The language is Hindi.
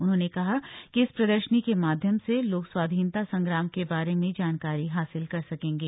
उन्होंने कहा कि इस प्रदर्शनी के माध्यम से लोग स्वाधीनता संग्राम के बारे में जानकारी हासिल कर सकेंगे